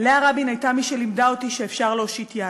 לאה רבין הייתה מי שלימדה אותי שאפשר להושיט יד.